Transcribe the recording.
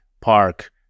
park